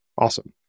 Awesome